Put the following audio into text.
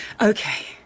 Okay